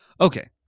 Okay